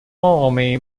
army